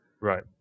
Right